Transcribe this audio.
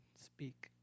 speak